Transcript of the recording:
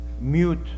mute